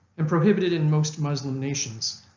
and prohibited in most muslim nations.